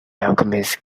alchemist